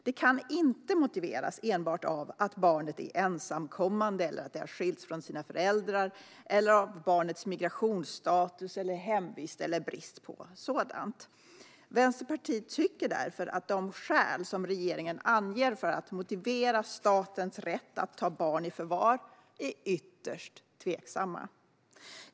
Det kan inte motiveras enbart av att barnet är ensamkommande eller har skilts från sina föräldrar eller av barnets migrationsstatus, hemvist eller brist på sådan. Vänsterpartiet tycker därför att de skäl som regeringen anför för att motivera statens rätt att ta barn i förvar är ytterst tveksamma.